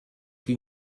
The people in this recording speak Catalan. que